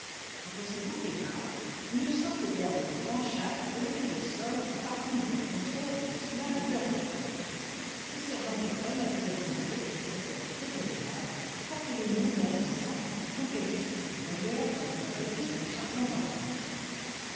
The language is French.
entre ces bouquets d'arbres une sorte d'herbe blanchâtre revêtait le sol et parfumait l'atmosphère de la suave odeur du thym le sergent felton apprit à ses hôtes que cette herbe très odorante portait le nom dherbe encens nom qu'elle justifiait d'ailleurs lorsqu'on la jetait sur des charbons ardents